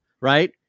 Right